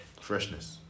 freshness